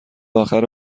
آخر